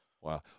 Wow